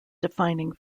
defining